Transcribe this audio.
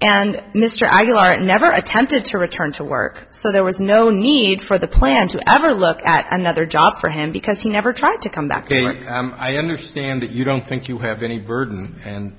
and mr i you are never attempted to return to work so there was no need for the plans to ever look at another job for him because he never tried to come back i understand that you don't think you have any burden and